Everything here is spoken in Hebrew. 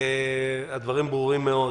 הדברים ברורים מאוד.